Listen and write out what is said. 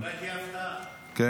ההצעה להעביר את